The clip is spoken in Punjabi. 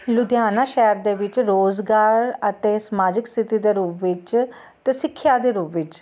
ਲੁਧਿਆਨਾ ਸ਼ਹਿਰ ਦੇ ਵਿੱਚ ਰੁਜ਼ਗਾਰ ਅਤੇ ਸਮਾਜਿਕ ਸਥਿਤੀ ਦੇ ਰੂਪ ਵਿੱਚ ਅਤੇ ਸਿੱਖਿਆ ਦੇ ਰੂਪ ਵਿੱਚ